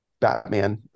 Batman